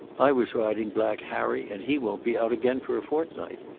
i was riding black harry and he won't be out again for a fortnight.